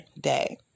day